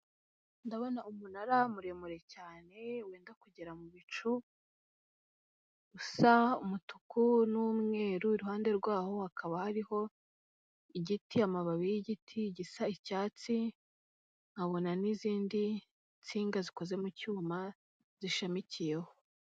Ndabona umunara muremure cyane, wenda kugera mu bicu, usa umutuku n'umweru, iruhande rwaho hakaba hariho igiti, amababi y'igiti gisa icyatsi, nkabona n'izindi nsinga zikoze mu cyuma zishamikiyeho.